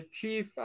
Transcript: chief